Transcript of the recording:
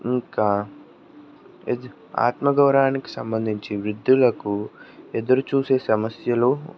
ఇంకా ఆత్మగౌరానికి సంబంధించి వృద్ధులకు ఎదురుచూసే సమస్యలు